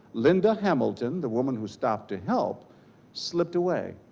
linda hamilton, the woman who stopped to help slipped away.